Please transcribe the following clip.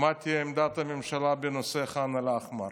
מה תהיה עמדת הממשלה בנושא ח'אן אל-אחמר.